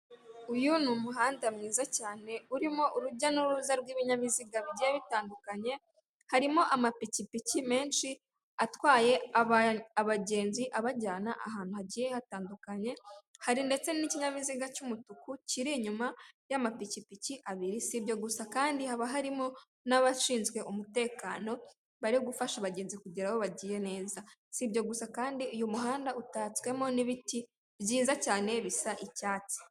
Uyu ni umuhanda mwiza cyane urimo urujya n'uruza rw'ibinyabiziga bigiye bitandukanye, harimo amapikipiki menshi atwaye abagenzi abajyana ahantu hagiye hatandukanye, hari ndetse n'ikinyabiziga cy'umutuku kiri inyuma y'amapikipiki abiri, si ibyo gusa kandi haba harimo n'abashinzwe umutekano bari gufasha abagenzi kugeraho bagiye neza. Si ibyo gusa kandi uyu muhanda utatswemo n'ibiti byiza cyane bisa icyatsi.